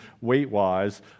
weight-wise